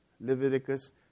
Leviticus